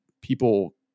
people